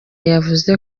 yavuze